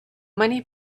many